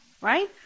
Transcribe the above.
right